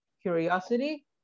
curiosity